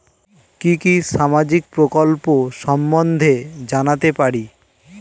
কি কি সামাজিক প্রকল্প সম্বন্ধে জানাতে পারি?